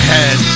Head